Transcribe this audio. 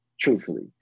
Truthfully